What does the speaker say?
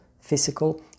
physical